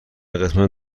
قسمت